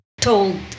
told